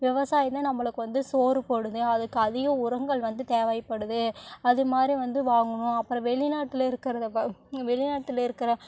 விவசாயம் தான் நம்மளுக்கு வந்து சோறு போடுது அதுக்கு அதிக உரங்கள் வந்து தேவைப்படுது அது மாதிரி வந்து வாங்கணும் அப்புறம் வெளிநாட்டில் இருக்கிறத வ வெளிநாட்டில் இருக்கிற